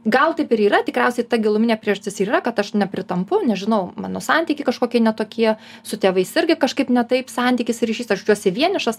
gal taip ir yra tikriausiai ta giluminė priežastis ir yra kad aš nepritampu nežinau mano santykiai kažkokie ne tokie su tėvais irgi kažkaip ne taip santykis ryšys aš jaučiuosi vienišas